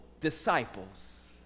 disciples